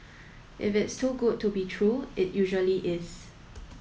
if it's too good to be true it usually is